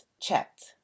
checked